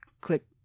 click